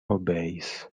obeis